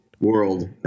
world